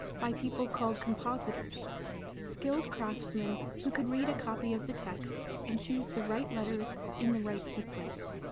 by people called compositors skilled craftsmen who could read a copy of the text and choose the right letters in the right sequence.